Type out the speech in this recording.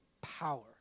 power